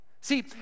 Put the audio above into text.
see